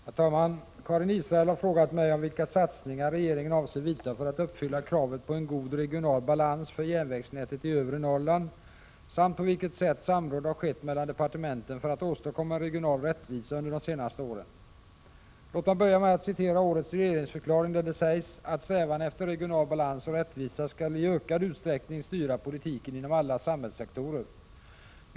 Herr talman! Karin Israelsson har frågat mig om vilka satsningar regeringen avser vidta för att uppfylla kravet på en god regional balans för järnvägsnätet i övre Norrland samt på vilket sätt samråd har skett mellan departementen för att åstadkomma en regional rättvisa under de senaste åren. Låt mig börja med att citera årets regeringsförklaring, där det sägs: ”Strävan efter regional balans och rättvisa skall i ökad utsträckning styra politiken inom alla samhällssektorer.